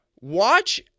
Watch